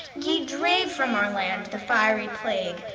ye drave from our land the fiery plague,